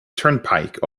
turnpike